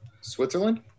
Switzerland